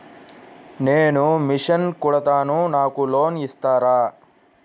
నేను మిషన్ కుడతాను నాకు లోన్ ఇస్తారా?